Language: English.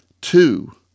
Two